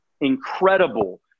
incredible